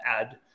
add